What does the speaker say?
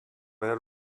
era